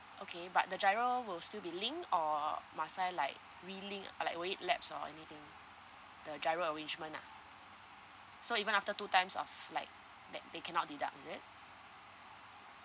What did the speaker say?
okay but the GIRO will still be linked or must I like relink uh like will it laps or anything the GIRO arrangement ah so even after two times of like like they cannot deduct is it